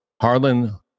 Harlan